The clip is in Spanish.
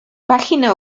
página